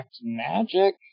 Magic